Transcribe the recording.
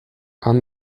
han